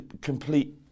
complete